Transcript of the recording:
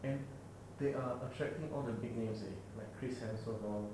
and they are attracting all the big names eh like chris hansen all